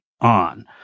on